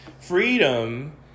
Freedom